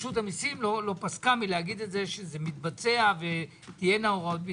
רשות המיסים לא פסקה מלהגיד שזה מתבצע ותהיינה הוראות ביצוע.